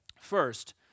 First